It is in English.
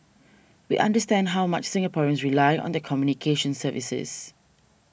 we understand how much Singaporeans rely on their communications services